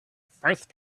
first